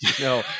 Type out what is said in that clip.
No